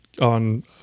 on